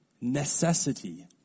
necessity